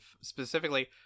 specifically